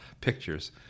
pictures